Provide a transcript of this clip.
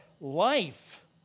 life